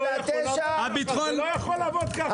אתה על 2,9 --- זה לא יכול לעבוד ככה.